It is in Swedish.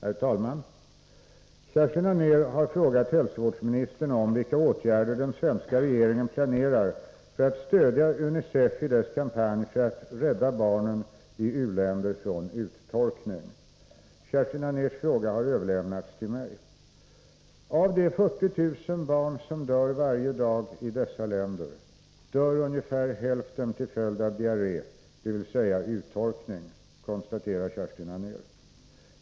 Herr talman! Kerstin Anér har frågat hälsovårdsministern om vilka åtgärder den svenska regeringen planerar för att stödja UNICEF i dess kampanj för att rädda barnen i u-länder från uttorkning. Kerstin Anérs fråga har överlämnats till mig. stödja viss kampanj av UNICEF Av de 40 000 barn som dör varje dag i dessa länder, dör ungefär hälften till följd av diarré, dvs. uttorkning, konstaterar Kerstin Anér.